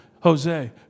Jose